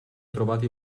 trovati